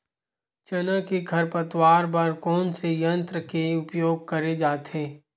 चना के खरपतवार बर कोन से यंत्र के उपयोग करे जाथे?